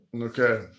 Okay